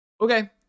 Okay